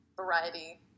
variety